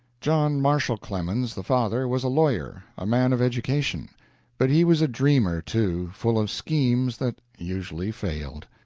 john marshall clemens, the father, was a lawyer, a man of education but he was a dreamer, too, full of schemes that usually failed.